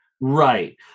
Right